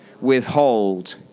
withhold